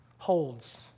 holds